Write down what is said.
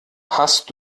hast